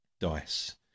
Dice